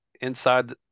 inside